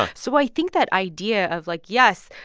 ah so i think that idea of like, yes,